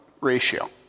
ratio